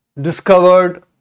discovered